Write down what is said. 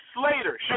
Slater